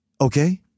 okay